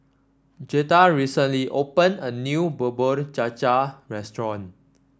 Jetta recently opened a new Bubur Cha Cha restaurant